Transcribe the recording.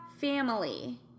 Family